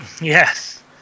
Yes